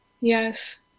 Yes